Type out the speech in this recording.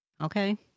Okay